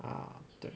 ah 对